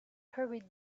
hurried